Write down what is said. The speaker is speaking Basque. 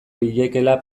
liekeela